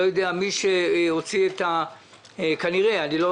אני מניח שמי שהוציא את ההתקפה נגדו זה יבואני המלט שרוצים